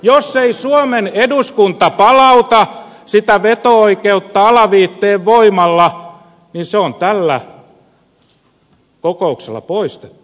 jos ei suomen eduskunta palauta sitä veto oikeutta alaviitteen voimalla niin se on tällä kokouksella poistettu